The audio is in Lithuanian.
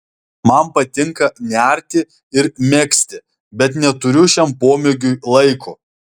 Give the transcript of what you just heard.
man patinka nerti ir megzti bet neturiu šiam pomėgiui laiko